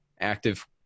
active